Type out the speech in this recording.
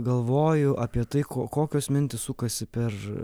galvoju apie tai ko kokios mintys sukasi per